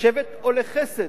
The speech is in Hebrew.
לשבט או לחסד.